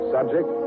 Subject